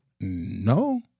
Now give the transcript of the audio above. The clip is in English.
No